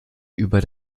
über